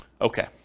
Okay